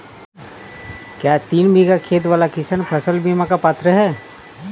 क्या तीन बीघा खेत वाला किसान फसल बीमा का पात्र हैं?